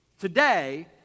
today